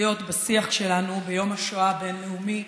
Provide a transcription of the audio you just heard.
מרכזיות בשיח שלנו ביום השואה הבין-לאומי